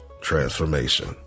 transformation